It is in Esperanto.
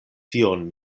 tion